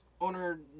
owner